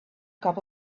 cup